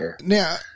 Now